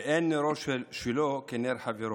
ואין נרו שלו כנר חברו,